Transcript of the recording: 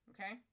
Okay